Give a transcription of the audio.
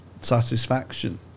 satisfaction